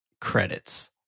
credits